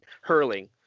hurling